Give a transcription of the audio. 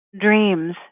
Dreams